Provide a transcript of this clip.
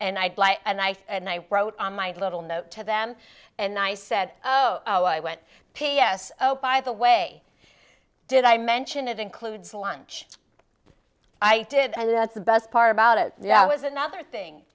and i'd lie and i wrote on my little note to them and i said oh i went p s oh by the way did i mention it includes lunch i did and that's the best part about it yeah it was another thing